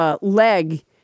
leg